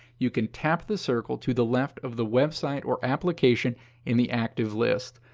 you can tap the circle to the left of the website or application in the active list.